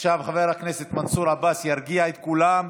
עכשיו חבר הכנסת מנסור עבאס ירגיע את כולם,